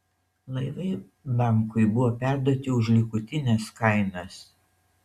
laivai bankui buvo perduoti už likutines kainas